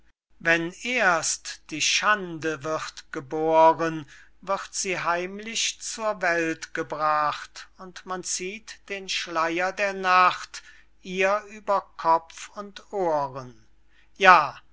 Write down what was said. wenn erst die schande wird geboren wird sie heimlich zur welt gebracht und man zieht den schleyer der nacht ihr über kopf und ohren ja